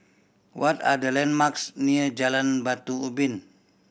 what are the landmarks near Jalan Batu Ubin